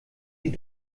sie